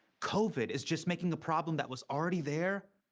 covid is just making a problem that was already there.